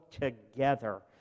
together